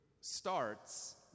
starts